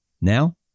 Now